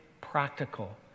practical